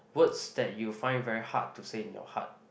words that you find very hard to say in your heart